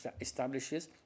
establishes